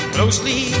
Closely